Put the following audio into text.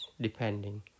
depending